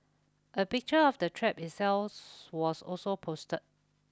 a picture of the trap itself was also posted